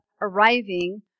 arriving